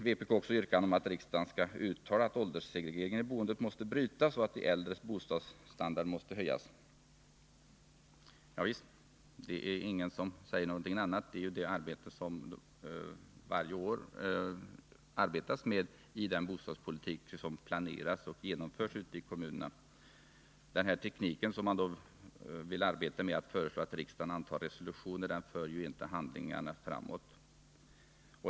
Vpk har också ett yrkande om att riksdagen skall uttala att ålderssegre geringen i boendet måste brytas och att de äldres bostadsstandard måste höjas. Javisst! Ingen har sagt någonting annat, Det är ju målet för den bostadspolitik som planeras och genomförs ute i kommunerna. Tekniken att föreslå att riksdagen antar resolutioner för inte det arbetet framåt.